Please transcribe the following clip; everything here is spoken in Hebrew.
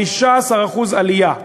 15% עלייה.